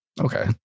Okay